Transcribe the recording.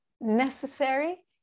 necessary